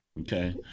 Okay